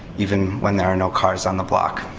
even when there are no cars on the block.